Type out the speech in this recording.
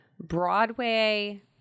Broadway